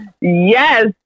Yes